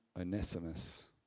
Onesimus